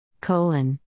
Colon